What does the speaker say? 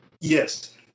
Yes